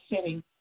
City